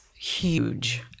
huge